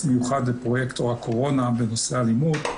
מיוחד לפרויקטור הקורונה בנושא האלימות,